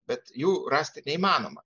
bet jų rasti neįmanoma